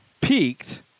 peaked